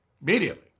Immediately